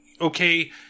okay